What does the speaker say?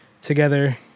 together